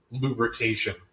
lubrication